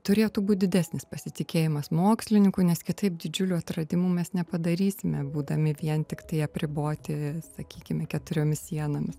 turėtų būt didesnis pasitikėjimas mokslininku nes kitaip didžiulių atradimų mes nepadarysime būdami vien tiktai apriboti sakykime keturiomis sienomis